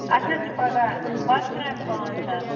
اَسہِ حظ چھِ پگاہ بَتہٕ ترٛامہِ پانٛژھ دَہ